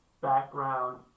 background